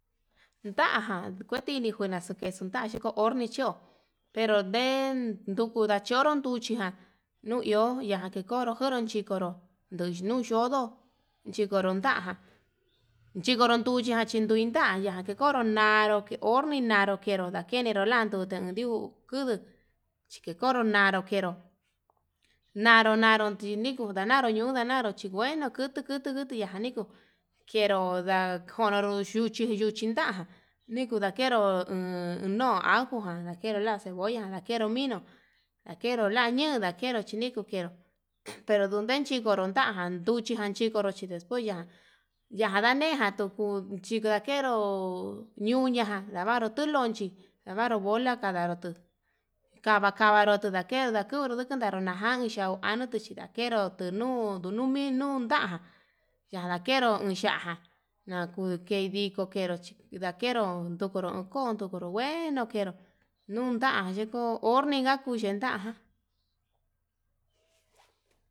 Tajan kuetini kuena xunda'a chiko orni cho'o pero en nduku nachonro nduu, nduchijan nu iho ya'a yandikoro koro chikoru ñuu nuu yondo chikoro naján chikoron nduya chin, nduintaya kinkoro ya'á yanro onri naró kero ndakenero ndán ndute, endiu kuduu chike koro nanro ke'e nró nanró nanró chidikudi ñoo yanaró nanró chí ngueno kutu kutu yaniku, kenro nda'a yonoro yuu chi yuu chin ndajan niku ndakeru uun no'o ajo jan ndakero la cebolla ndakero mino, ndakero lia nuu ndakero chíni kuu kenró pero ndunde chikonro nda'a, ndanduchi jan chikoro chí y despues ya yadaneja tuu chidakenru ñuñaján lavaru tilonchi ndavru bola kandarutu vaka vakadutu ndakeru ndakuru nakaderu naján, yau anito chi ndakero tenuu tundumi nuu nda'a tandakero ndo'o yajan nakui kediko chenró chí, ndakero kon ndukuro lo bueno kenró nunda xhiko onrega kuyenda'a.